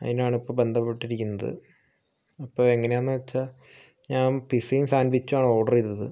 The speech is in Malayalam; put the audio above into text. അതിനാണിപ്പോബെന്ധപെട്ടിരിക്കുന്നത് അപ്പോൾ എങ്ങനാന്ന് വെച്ചാ ഞാൻ പിസ്സയും സാൻവിച്ചാണ് ഓർഡറെയ്തത്